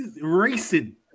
racing